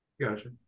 gotcha